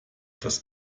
das